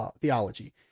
theology